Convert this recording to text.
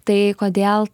tai kodėl